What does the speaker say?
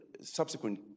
subsequent